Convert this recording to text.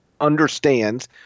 understands